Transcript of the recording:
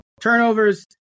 turnovers